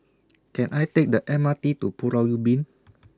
Can I Take The M R T to Pulau Ubin